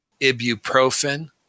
ibuprofen